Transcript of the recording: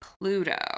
Pluto